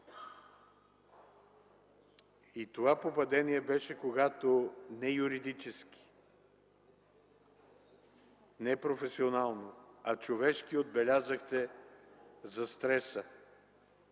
Това попадение беше, когато не юридически, не професионално, а човешки отбелязахте характера